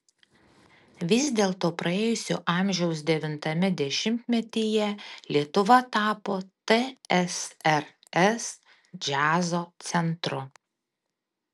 vis dėlto praėjusio amžiaus devintame dešimtmetyje lietuva tapo tsrs džiazo centru